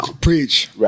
Preach